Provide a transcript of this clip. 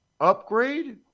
upgrade